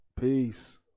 Peace